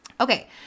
Okay